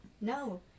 no